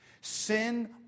Sin